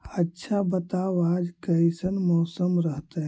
आच्छा बताब आज कैसन मौसम रहतैय?